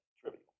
trivial